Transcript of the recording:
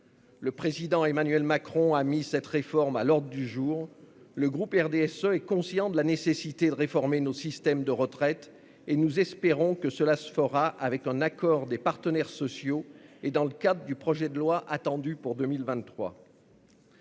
Le président Emmanuel Macron a mis cette réforme à l'ordre du jour. Le groupe RDSE est conscient de la nécessité de réformer notre système de retraite. Nous espérons que cela se fera au moyen d'un accord avec les partenaires sociaux dans le cadre du projet de loi attendu en 2023.